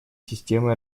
системы